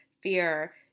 fear